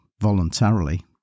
voluntarily